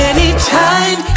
Anytime